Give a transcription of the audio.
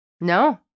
No